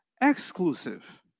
exclusive